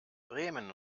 bremen